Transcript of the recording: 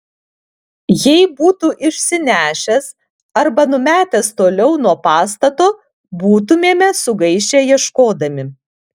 jei būtų išsinešęs arba numetęs toliau nuo pastato būtumėme sugaišę ieškodami